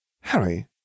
Harry